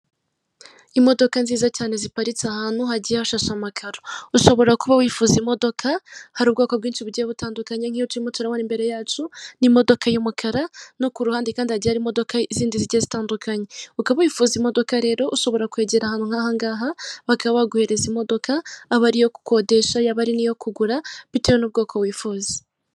Imodoka nziza cyane ziparitse ahantu hagiye hashashe amakaro, ushobora kuba wifuza imodoka hari ubwoko bwinshi bugiye butandukanye nk'iyo turimo turabona imbere yacu ni imodoka y'umukara no ku ruhande kandi hagiye hari imodoka zindi zigiye zitandukanye. Ukaba wifuza imodoka rero ushobora kwegera ahantu nk'ahangaha bakaba baguhereza imodoka aba ariyo gukodesha yaba ari n'iyo kugura bitewe n'ubwoko wifuza.